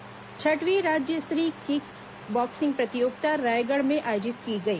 kick boxing छठवीं राज्य स्तरीय किक बॉक्सिंग प्रतियोगिता रायगढ़ में आयोजित की गई